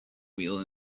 wheel